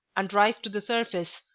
and rise to the surface,